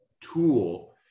tool